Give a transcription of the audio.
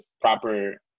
proper